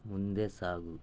ಮುಂದೆ ಸಾಗು